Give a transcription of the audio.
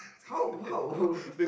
how how